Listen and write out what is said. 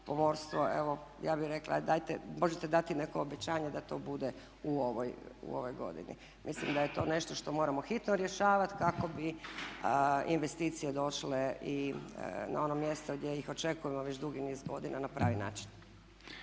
pomorstvo. Evo ja bih rekla možete dati neko obećanje da to bude u ovoj godini. Mislim da je to nešto što moramo hitno rješavati kako bi investicije došle i na ona mjesta gdje ih očekujemo već dugi niz godina na pravi način.